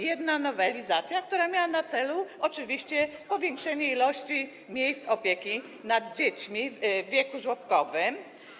Jedna nowelizacja, która miała na celu oczywiście powiększenie ilości miejsc opieki nad dziećmi w wieku żłobkowym.